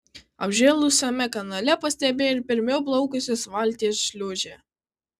apžėlusiame kanale pastebėjo ir pirmiau plaukusios valties šliūžę